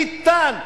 איתן,